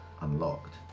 unlocked